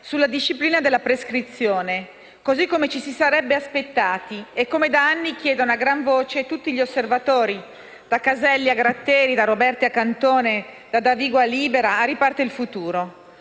della disciplina della prescrizione, così come ci si sarebbe aspettati e come da anni chiedono a gran voce tutti gli osservatori, da Caselli a Gratteri, da Roberti a Cantone, da Davigo, da Libera a Riparte il futuro.